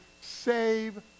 save